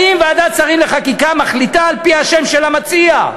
האם ועדת שרים לחקיקה מחליטה על-פי השם של המציע?